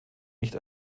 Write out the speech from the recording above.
nicht